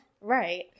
Right